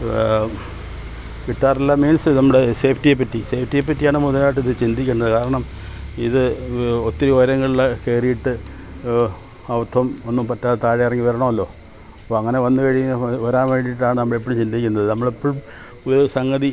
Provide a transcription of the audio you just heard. കിട്ടാറില്ല മീൻസ് നമ്മുടെ സേഫ്റ്റിയെ പറ്റി സേഫ്റ്റിയെ പറ്റിയാണ് കൂടുതലായിട്ട് ഇത് ചിന്തിക്കുന്നത് കാരണം ഇത് ഒത്തിരി ഉയരങ്ങളിൽ കയറിയിട്ട് അബദ്ധം ഒന്നും പറ്റാതെ താഴെ ഇറങ്ങി വരണമല്ലോ അപ്പം അങ്ങനെ വന്നു കഴിയുമ്പോൾ വരാൻ വേണ്ടിയിട്ടാണ് നമ്മൾ എപ്പോഴും ചിന്തിക്കുന്നത് നമ്മൾ എപ്പോഴും ഒരു സംഗതി